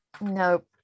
Nope